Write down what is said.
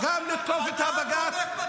אתה מגנה רצח של מתנחלים?